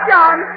John